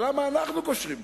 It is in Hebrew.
אבל למה אנחנו קושרים ביניהם?